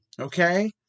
okay